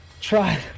Try